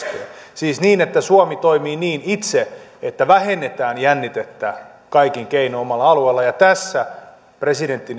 siis niin että suomi toimii niin itse että vähennetään jännitettä kaikin keinoin omalla alueella ja tässä presidentti